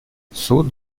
суд